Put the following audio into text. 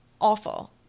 awful